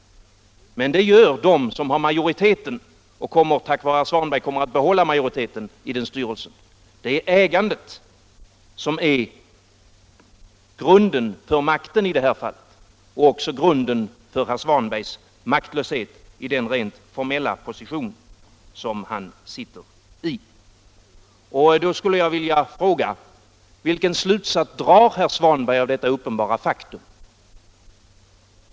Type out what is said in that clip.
Det gör däremot de som har majoriteten och som tack vare herr Svanberg kommer att behålla majoriteten i den styrelsen. Det är ägandet som är grunden för makten i detta fall och också grunden för herr Svanbergs maktlöshet i den rent formella position som han sitter i. Vilken slutsats drar då herr Svanberg av detta uppenbara faktum?